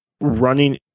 running